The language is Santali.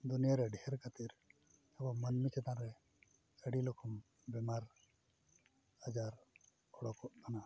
ᱫᱩᱱᱤᱭᱟᱹ ᱨᱮ ᱰᱷᱮᱨ ᱠᱷᱟᱹᱛᱤᱨ ᱟᱵᱚ ᱢᱟᱱᱢᱤ ᱪᱮᱛᱟᱱᱨᱮ ᱟᱹᱰᱤ ᱨᱚᱠᱚᱢ ᱵᱤᱢᱟᱨᱼᱟᱡᱟᱨ ᱩᱰᱩᱠᱚᱜ ᱠᱟᱱᱟ